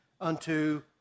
unto